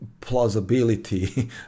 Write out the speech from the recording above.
plausibility